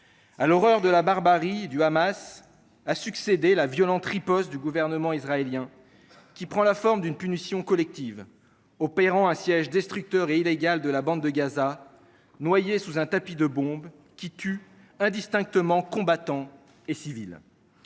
À l’horreur de la barbarie du Hamas a succédé la violente riposte du gouvernement israélien, qui prend la forme d’une punition collective, par un siège destructeur et illégal de la bande de Gaza, noyée sous un tapis de bombes qui tuent indistinctement combattants et civils.